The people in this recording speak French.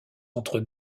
entre